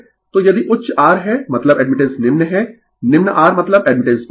तो यदि उच्च R है मतलब एडमिटेंस निम्न है निम्न R मतलब एडमिटेंस उच्च है